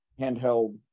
handheld